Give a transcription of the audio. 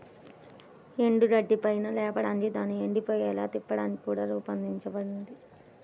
ఎండుగడ్డిని పైకి లేపడానికి దానిని ఎండిపోయేలా తిప్పడానికి కూడా రూపొందించబడింది